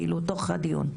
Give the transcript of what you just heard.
כאילו תוך כדי הדיון.